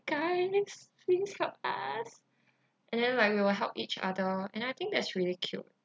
guys please help us and then like we will help each other and I think that's really cute